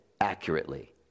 accurately